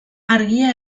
argia